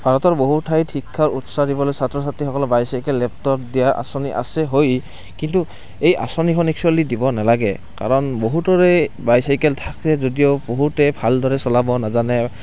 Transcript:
ভাৰতৰ বহু ঠাইত শিক্ষাৰ উৎসাহ দিবলৈ ছাত্ৰ ছাত্ৰীসকলক বাইচাইকেল লেপটপ দিয়া আঁচনি আছে হয় কিন্তু এই আঁচনিখন একচুয়েলি দিব নালাগে কাৰণ বহুতৰে বাইচাইকেল থাকে যদিও বহুতে ভালদৰে চলাব নাজানে